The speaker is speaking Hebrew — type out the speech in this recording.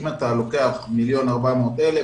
אם אתה לוקח 1.4 מיליון,